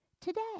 today